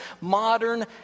modern